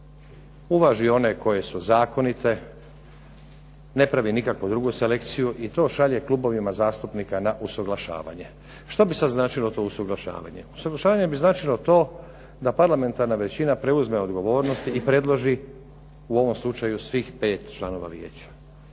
uvaži one koje su zakonite, ne pravi nikakvu drugu selekciju i to šalje klubovima zastupnika na usuglašavanje. Što bi sad značilo to usuglašavanje? Usuglašavanje bi značilo to da parlamentarna većina preuzme odgovornost i predloži u ovom slučaju svih pet članova vijeća,